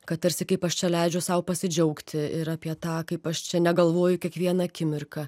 kad tarsi kaip aš čia leidžiu sau pasidžiaugti ir apie tą kaip aš čia negalvoju kiekvieną akimirką